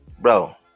Bro